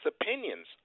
opinions